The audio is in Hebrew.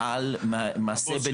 הצבא, והוא פועל לפיהן ללא פקפוק.